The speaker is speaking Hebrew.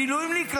מילואימניק,